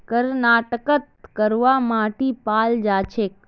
कर्नाटकत कलवा माटी पाल जा छेक